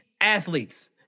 athletes